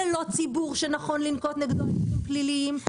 זה לא ציבור שנכון לנקוט נגדו הליכים פליליים,